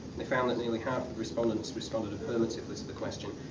they found that nearly half respondents responded affirmatively to the question,